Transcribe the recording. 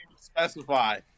Specify